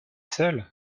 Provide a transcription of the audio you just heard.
seul